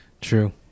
True